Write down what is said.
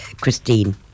Christine